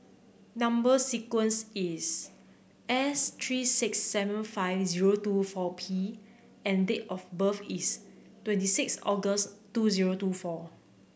number sequence is S three six seven five zero two four P and date of birth is twenty six August two zero two four